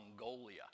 Mongolia